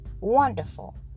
Wonderful